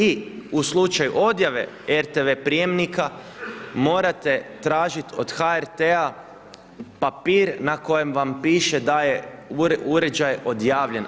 I u slučaju odjave RTV prijemnika morate tražiti od HRT-a papir na kojem vam piše da je uređaj odjavljen.